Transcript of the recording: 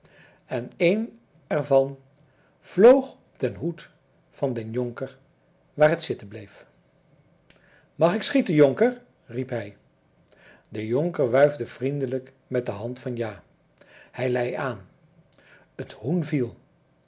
en een er van vloog op den hoed van den jonker waar het zitten bleef mag ik schieten jonker riep hij de jonker wuifde vriendelijk met de hand van ja hij lei aan het hoen